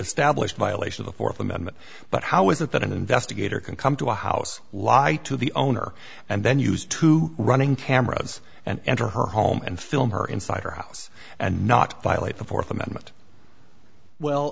established violation of the fourth amendment but how is it that an investigator can come to a house lie to the owner and then used to running cameras and enter her home and film her inside her house and not violate the fourth amendment well